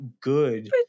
good